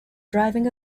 driving